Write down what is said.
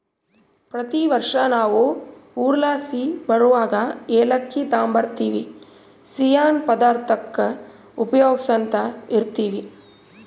ಪ್ರತಿ ವರ್ಷ ನಾವು ಊರ್ಲಾಸಿ ಬರುವಗ ಏಲಕ್ಕಿ ತಾಂಬರ್ತಿವಿ, ಸಿಯ್ಯನ್ ಪದಾರ್ತುಕ್ಕ ಉಪಯೋಗ್ಸ್ಯಂತ ಇರ್ತೀವಿ